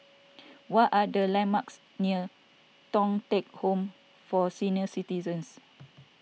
what are the landmarks near Thong Teck Home for Senior Citizens